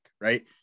right